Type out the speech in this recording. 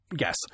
Yes